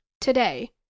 today